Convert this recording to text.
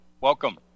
Welcome